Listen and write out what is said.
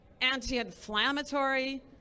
anti-inflammatory